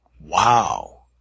Wow